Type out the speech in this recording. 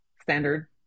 standard